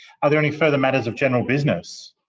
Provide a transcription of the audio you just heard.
are there any further matters of general business?